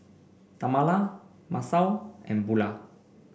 Tamala Masao and Bulah